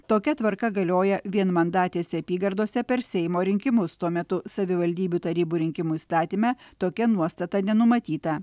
tokia tvarka galioja vienmandatėse apygardose per seimo rinkimus tuo metu savivaldybių tarybų rinkimų įstatyme tokia nuostata nenumatyta